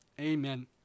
Amen